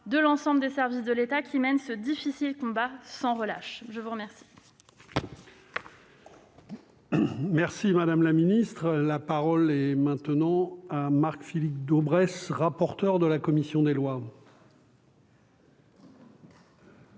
de l'ensemble des services de l'État qui mènent ce difficile combat sans relâche. La parole